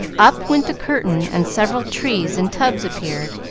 up went the curtain and several trees in tubs appeared,